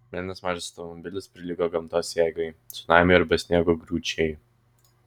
mėlynas mažas automobilis prilygo gamtos jėgai cunamiui arba sniego griūčiai